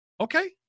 Okay